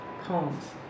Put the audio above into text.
poems